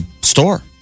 store